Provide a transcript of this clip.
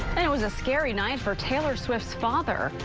and it was a scary night for taylor swift's father.